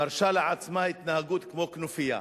מרשה לעצמה התנהגות כמו כנופיה,